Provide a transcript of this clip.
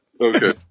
Okay